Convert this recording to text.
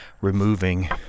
removing